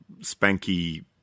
spanky